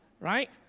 right